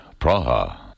Praha